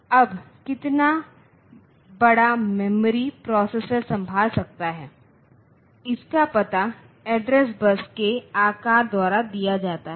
अब कितना बड़ा मेमोरी प्रोसेसर संभाल सकता है इसका पता एड्रेस बस के आकार द्वारा दिया जाता है